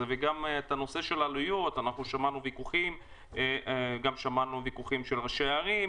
וגם בנושא של עלויות שמענו ויכוחים של ראשי ערים.